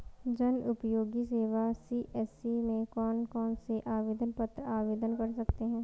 जनउपयोगी सेवा सी.एस.सी में कौन कौनसे आवेदन पत्र आवेदन कर सकते हैं?